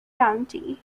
county